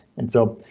and so